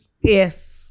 yes